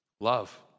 Love